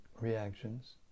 reactions